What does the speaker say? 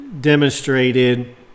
demonstrated